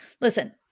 listen